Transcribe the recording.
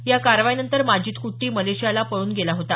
या कारवाईनंतर माजीद कुट्टी मलेशियाला पळून गेला होता